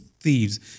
thieves